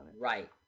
Right